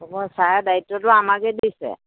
ছাৰে দায়িত্বটো আমাকে দিছে